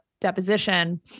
deposition